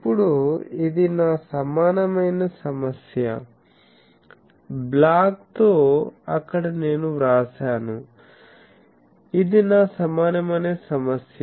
ఇప్పుడు ఇది నా సమానమైన సమస్య బ్లాక్ తో అక్కడ నేను వ్రాసాను ఇది నా సమానమైన సమస్య